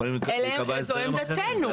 יכולים להיקבע הסדרים אחרים.